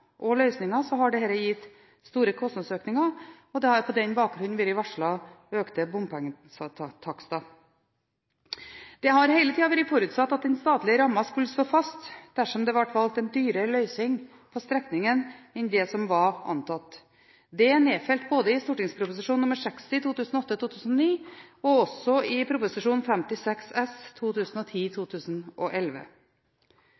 og løsninger har dette gitt store kostnadsøkninger, og det har på den bakgrunn vært varslet økte bompengetakster. Det har hele tiden vært forutsatt at den statlige rammen skulle stå fast dersom det ble valgt en dyrere løsning på strekningen enn det som var antatt. Det er nedfelt både i St.prp. nr. 60 for 2008–2009 og også i Prp. 56 S